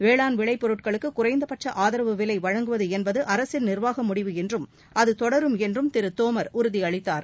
வேளாண் விளை பொருட்களுக்கு குறைந்த பட்ச ஆதரவு விலை வழங்குவது என்பது அரசின் நிர்வாக முடிவு என்றும் அது தொடரும் என்றும் அவர்களிடம் திரு தோமர் உறுதியளித்தார்